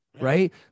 Right